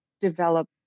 develop